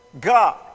God